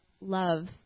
love